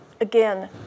again